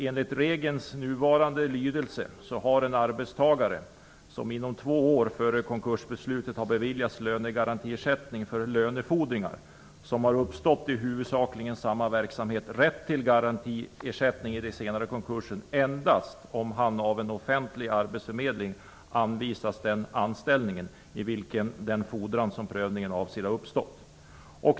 Enligt regelns nuvarande lydelse har en arbetstagare som inom två år före konkursbeslutet har beviljats lönegarantiersättning för lönefordringar vilka har uppstått i huvudsakligen samma verksamhet rätt till garantiersättning vid den senare konkursen endast om han av en offentlig arbetsförmedling anvisats den anställning i vilken den fordran som prövningen avser har uppstått.